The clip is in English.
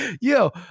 Yo